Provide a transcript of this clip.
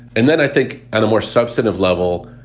and then i think at a more substantive level,